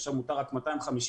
עכשיו מותר רק 250,